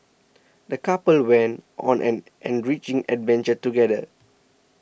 the couple went on an enriching adventure together